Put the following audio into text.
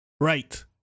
Right